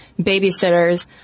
babysitters